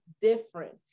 different